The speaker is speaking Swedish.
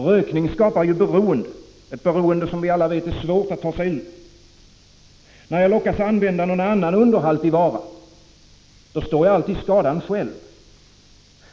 Rökning skapar ju beroende som det är svårt att ta sig ur. När jag lockas använda någon annan underhaltig vara, då står jag alltid skadan själv.